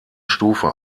stufe